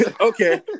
Okay